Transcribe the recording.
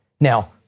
Now